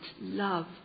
love